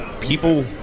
people